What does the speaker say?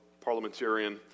parliamentarian